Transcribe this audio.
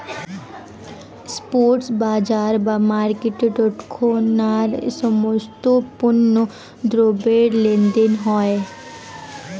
spot বাজার বা মার্কেটে তৎক্ষণাৎ সমস্ত পণ্য দ্রব্যের লেনদেন হয়